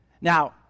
Now